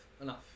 enough